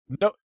no